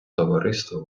товариства